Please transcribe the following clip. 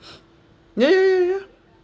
ya ya ya ya ya